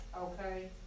Okay